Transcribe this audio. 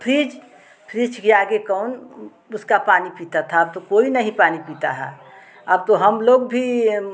fridge fridge के आगे कौन उसका पानी पीता था अब तो कोई नहीं पानी पीता है अब तो हम लोग भी